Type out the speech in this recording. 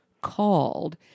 Called